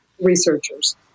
researchers